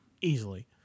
easily